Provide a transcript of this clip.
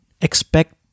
expect